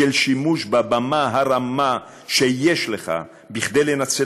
של שימוש בבמה הרמה שיש לך כדי לנצל,